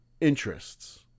interests